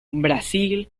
brasil